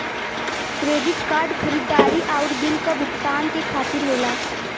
credit card खरीदारी आउर bill क भुगतान के खातिर होला